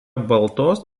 baltos